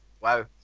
Wow